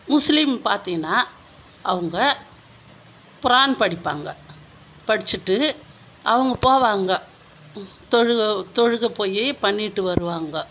முஸ்லீம் பார்த்தீங்கன்னா அவங்க குரான் படிப்பாங்க படிச்சுட்டு அவங்க போவாங்க தொழுகை தொழுகை போய் பண்ணிகிட்டு வருவாங்க